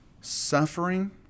suffering